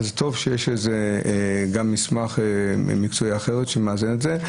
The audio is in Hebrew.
טוב שיש מסמך מקצועי אחר שמאזן את זה.